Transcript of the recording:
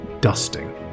dusting